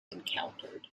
encountered